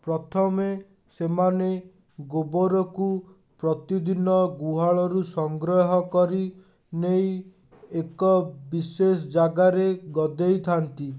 ପ୍ରଥମେ ସେମାନେ ଗୋବରକୁ ପ୍ରତିଦିନ ଗୁହାଳରୁ ସଂଗ୍ରହକରି ନେଇ ଏକ ବିଶେଷ ଜାଗାରେ ଗଦେଇଥାନ୍ତି